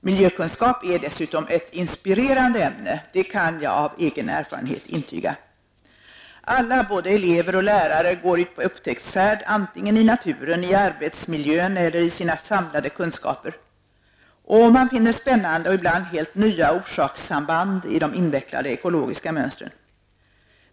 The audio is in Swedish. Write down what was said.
Miljökunskap är dessutom ett inspirerande ämne -- det kan jag av egen erfarenhet intyga. Alla, både elever och lärare går ut på upptäcksfärd, antingen i naturen, i arbetsmiljön eller i sina samlade kunskaper, och man finner spännande och ibland helt nya orsakssamband i de invecklade ekologiska mönstren.